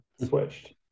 switched